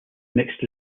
mixed